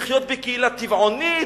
לחיות בקהילה טבעונית,